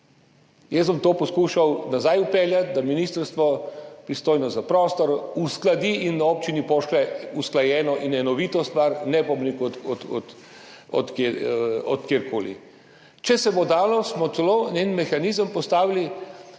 Jaz bom poskušal nazaj vpeljati to, da ministrstvo, pristojno za prostor, uskladi in na občino pošlje usklajeno in enovito stvar, bom rekel, od koderkoli. Če se bo dalo, smo celo en mehanizem postavili,